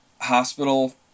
hospital